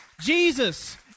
Jesus